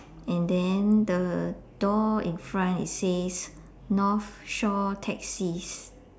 and then the door in front it says north shore taxis